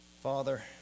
Father